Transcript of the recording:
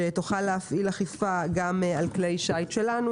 שתוכל להפעיל אכיפה גם על כלי שיט שלנו